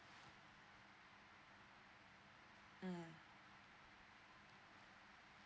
mm